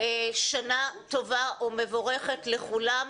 שנה טובה ומבורכת לכולם,